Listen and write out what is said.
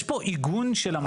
יש פה עיגון של המצב הקיים.